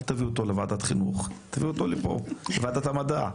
אל תביא אותו לוועדת חינוך אלא לוועדת המדע.